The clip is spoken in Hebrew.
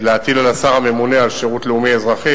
להטיל על השר הממונה על שירות לאומי אזרחי,